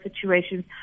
situations